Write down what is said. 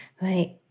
right